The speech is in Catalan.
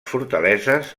fortaleses